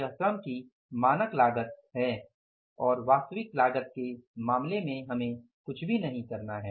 यह श्रम की मानक लागत है और वास्तविक लागत के मामले में हमें कुछ भी नहीं करना है